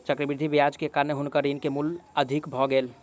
चक्रवृद्धि ब्याज के कारण हुनकर ऋण के मूल अधिक भ गेलैन